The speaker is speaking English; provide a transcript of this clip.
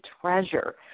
Treasure